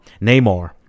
Namor